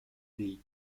the